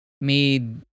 made